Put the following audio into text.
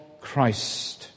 Christ